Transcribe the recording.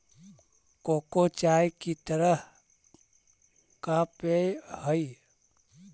cocoa चाय की तरह का पेय हई